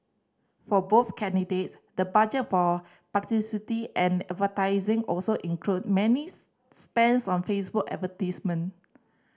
for both candidates the budget for publicity and advertising also included many spents on Facebook advertisement